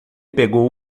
pegou